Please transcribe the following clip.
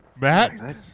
Matt